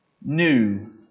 new